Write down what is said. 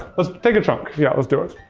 let's take a chunk, yeah let's do it.